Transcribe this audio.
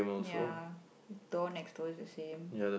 ya the door next door's the same